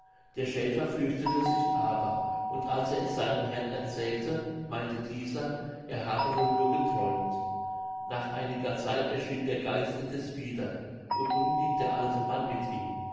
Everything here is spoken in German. der schäfer fürchtete sich aber und als er es seinem herrn erzählte meinte dieser er habe wohl nur geträumt nach einiger zeit erschien der geist indeß wieder und nun ging der alte mann mit ihm